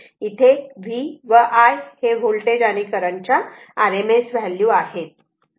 इथे V व I हे व्होल्टेज आणि करंट ची RMS व्हॅल्यू आहे